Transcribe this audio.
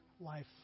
life